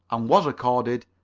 and was accorded,